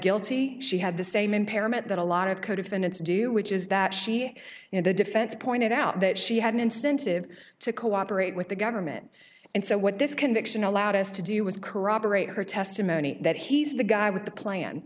guilty she had the same impairment that a lot of co defendants do which is that she you know the defense pointed out that she had an incentive to cooperate with the government and so what this conviction allowed us to do was corroborate her testimony that he's the guy with the plan